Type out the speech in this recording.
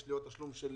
יש לי עוד תשלום מסביב,